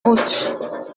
route